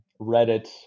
Reddit